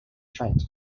trent